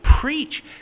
preach